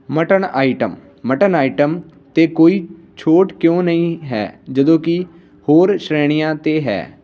mutton item mutton item 'ਤੇ ਕੋਈ ਛੋਟ ਕਿਉਂ ਨਹੀਂ ਹੈ ਜਦੋਂ ਕਿ ਹੋਰ ਸ਼੍ਰੇਣੀਆਂ 'ਤੇ ਹੈ